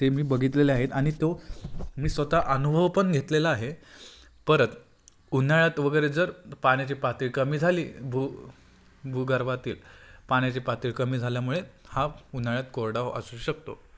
ते मी बघितलेले आहेत आणि तो मी स्वता अनुभव पण घेतलेला आहे परत उन्हाळ्यात वगरे जर पाण्याची पातळी कमी झाली भू भू गर्भातील पाण्याची पातळी कमी झाल्यामुळे हा उन्हाळ्यात कोरडाव असू शकतो